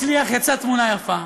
הצליח ויצאה תמונה יפה,